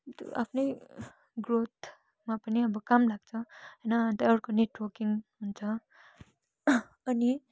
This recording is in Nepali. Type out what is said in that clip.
त्यो आफ्नै ग्रोथमा पनि अब काम लाग्छ होइन अन्त अर्को नेटवर्किङ हुन्छ अनि